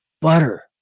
butter